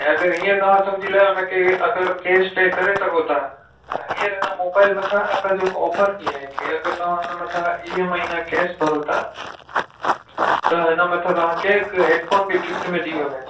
ऐं अगरि ईअं तव्हां सम्झी लाहियो इनखे अगरि कैश पे करे सघो था त हीअंर हिन मोबाइल मथां असांजो हिक ऑफ़र बि आहे की अगरि तव्हां हिन मथां वीह महीना कैश भरो था त हिन मथां तव्हांखे हिक हेडफ़ोन बि ग़िफ़्ट में ॾियो वेंदो